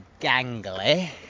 gangly